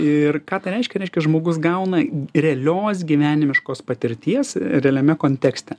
ir ką tai reiškia reiškia žmogus gauna realios gyvenimiškos patirties realiame kontekste